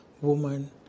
Woman